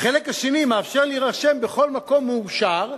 החלק השני מאפשר להירשם בכל מקום מאושר,